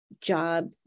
job